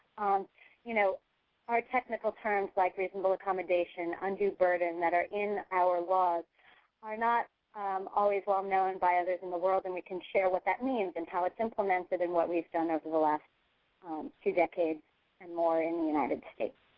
you know our technical terms like reasonable accommodation, undue burden, that are in our laws are not always wellknown by others in the world, and we can share what that means and how it's implemented and what we've done over the last two decades or more in the united states.